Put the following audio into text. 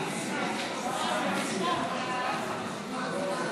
ומיסי הממשלה (פטורין)